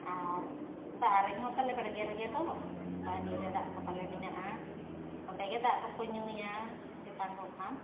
ᱟᱨ ᱫᱟᱜ ᱟᱨᱮᱡ ᱦᱚᱸ ᱛᱟᱞᱮ ᱵᱟᱲᱜᱮ ᱨᱮᱜᱮ ᱫᱚ ᱵᱟᱦᱱᱤᱨᱮ ᱫᱟᱜ ᱠᱚᱛᱟᱞᱮ ᱢᱮᱱᱟᱜᱼᱟ ᱚᱸᱰᱮᱜᱮ ᱫᱟᱜ ᱠᱚᱠᱚ ᱧᱩᱭᱟ ᱛᱮᱛᱟᱝᱠᱚ ᱠᱷᱟᱱ